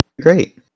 great